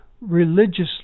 religious